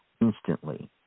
instantly